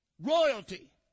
Royalty